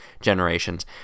generations